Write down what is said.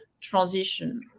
transition